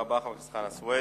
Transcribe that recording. חבר הכנסת חנא סוייד,